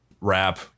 rap